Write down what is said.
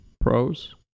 pros